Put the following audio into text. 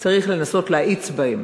צריך לנסות להאיץ אותם.